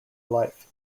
life